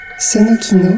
Sonokino